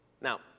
Now